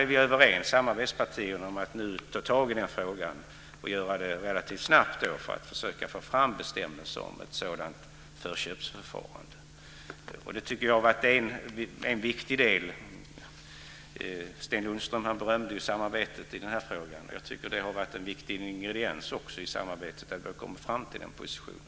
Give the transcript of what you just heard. Vi i samarbetspartierna är överens om att ta tag i den frågan och göra det relativt snabbt för att försöka få fram bestämmelser om ett sådant förköpsförfarande. Det tycker jag har varit en viktig del. Sten Lundström berömde samarbetet i den här frågan, och jag tycker att det har varit en viktig ingrediens i samarbetet att vi har kommit fram till den positionen.